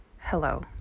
Hello